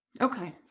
Okay